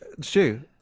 Stu